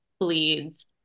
bleeds